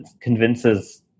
convinces